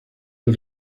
del